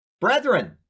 Brethren